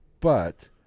But-